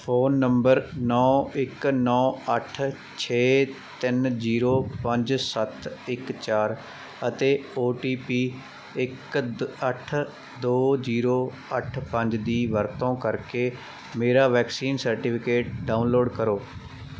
phone number ਨੌਂ ਇੱਕ ਨੌਂ ਅੱਠ ਛੇ ਤਿੰਨ ਜੀਰੋ ਪੰਜ ਸੱਤ ਇੱਕ ਚਾਰ ਅਤੇ ਓ ਟੀ ਪੀ ਇੱਕ ਅੱਠ ਦੋ ਜੀਰੋ ਅੱਠ ਪੰਜ ਦੀ ਵਰਤੋਂ ਕਰਕੇ ਮੇਰਾ ਵੈਕਸੀਨ ਸਰਟੀਫਿਕੇਟ ਡਾਊਨਲੋਡ ਕਰੋ